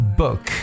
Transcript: book